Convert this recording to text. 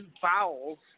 fouls